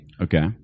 Okay